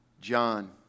John